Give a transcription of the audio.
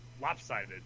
lopsided